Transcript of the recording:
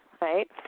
right